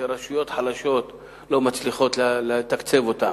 כשרשויות חלשות לא מצליחות לתקצב זאת,